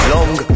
Long